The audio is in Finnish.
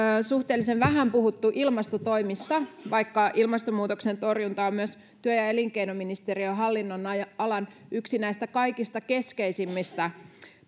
suhteellisen vähän puhuttu ilmastotoimista vaikka ilmastonmuutoksen torjunta on myös työ ja elinkeinoministeriön hallinnonalan yksi kaikista keskeisimmistä